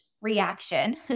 reaction